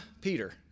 Peter